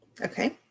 Okay